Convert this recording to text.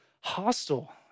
hostile